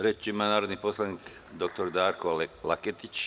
Reč ima narodni poslanik dr Darko Laketić.